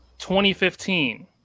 2015